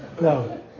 No